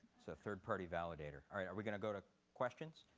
it's a third party validator. all right, are we going to go to questions?